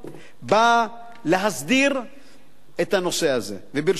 באה להסדיר את הנושא הזה, וברשותכם,